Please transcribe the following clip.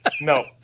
No